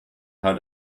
how